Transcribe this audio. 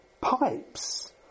pipes